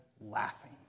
laughing